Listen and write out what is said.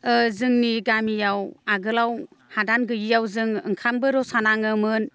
ओ जोंनि गामियाव आगोलाव हादान गैयैयाव जों ओंखामबो रसा नाङोमोन